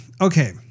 okay